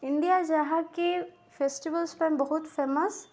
India ଯାହାକି festivals ପାଇଁ ବହୁତ ଫେମସ୍